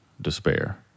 despair